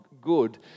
good